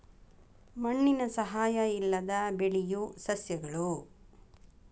ಮಣ್ಣಿನ ಸಹಾಯಾ ಇಲ್ಲದ ಬೆಳಿಯು ಸಸ್ಯಗಳು